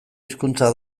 hizkuntza